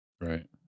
Right